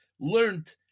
learned